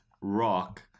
rock